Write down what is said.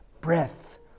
breath